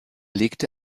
legte